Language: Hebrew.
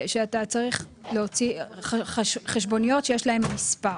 שאתה צריך להוציא חשבוניות שיש להן מספר.